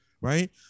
right